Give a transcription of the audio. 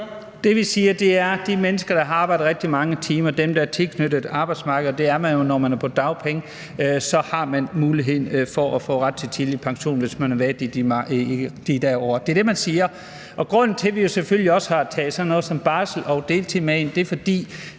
Det, vi siger, er, at de mennesker, der har arbejdet rigtig mange timer, dem, der er tilknyttet arbejdsmarkedet – og det er man jo, når man er på dagpenge – skal have muligheden for at få ret til tidlig pension, altså hvis man har været der i det antal år. Det er det, man siger. Og grunden til, at vi selvfølgelig også har taget sådan noget som barsel og deltid med ind, er,